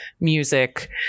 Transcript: music